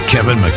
Kevin